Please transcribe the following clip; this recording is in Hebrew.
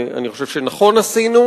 ואני חושב שנכון עשינו,